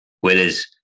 Whereas